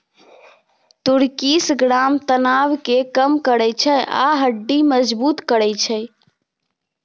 तुर्किश ग्राम तनाब केँ कम करय छै आ हड्डी मजगुत करय छै